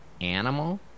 animal